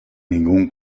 ningún